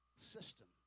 system